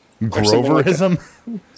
Groverism